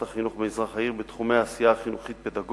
החינוך במזרח העיר בתחומי העשייה החינוכית-פדגוגית.